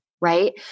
Right